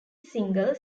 single